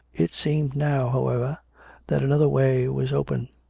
it seemed now, however that another way was open.